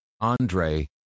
Andre